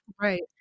right